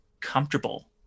comfortable